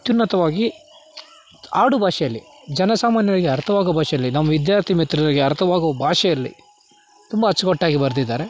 ಅತ್ಯುನ್ನತವಾಗಿ ಆಡು ಭಾಷೆಯಲ್ಲಿ ಜನಸಾಮಾನ್ಯರಿಗೆ ಅರ್ಥವಾಗೋ ಭಾಷೆಯಲ್ಲಿ ನಮ್ಮ ವಿದ್ಯಾರ್ಥಿ ಮಿತ್ರರಿಗೆ ಅರ್ಥ ಆಗೋ ಭಾಷೆಯಲ್ಲಿ ತುಂಬ ಅಚ್ಚುಕಟ್ಟಾಗಿ ಬರೆದಿದ್ದಾರೆ